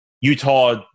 Utah